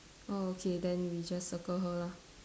oh okay then we just circle her lah